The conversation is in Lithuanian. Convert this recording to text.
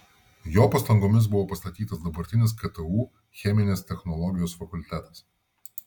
jo pastangomis buvo pastatytas dabartinis ktu cheminės technologijos fakultetas